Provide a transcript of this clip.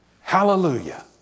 Hallelujah